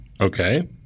Okay